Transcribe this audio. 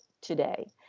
today